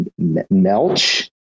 melch